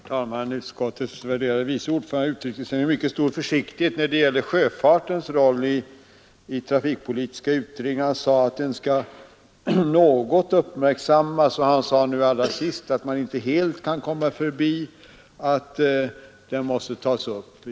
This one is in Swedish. Herr talman! Utskottets värderade vice ordförande uttryckte sig med mycket stor försiktighet när det gäller sjöfartens roll i den trafikpolitiska utredningens arbete. Han sade att den skall något uppmärksammas. Allra sist sade han att man inte helt kan komma förbi att den måste tas upp.